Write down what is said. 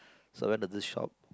so went to this shop